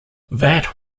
that